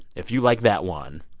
if you like that one,